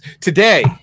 Today